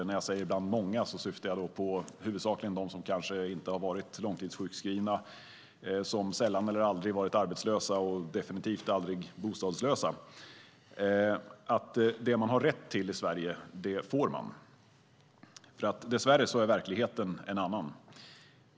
När jag säger "bland många" syftar jag huvudsakligen på dem som kanske inte har varit långtidssjukskrivna, som sällan eller aldrig varit arbetslösa och definitivt aldrig bostadslösa. Missuppfattningen är att det man har rätt till i Sverige det får man. Dess värre är verkligheten en annan.